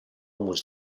was